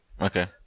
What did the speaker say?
Okay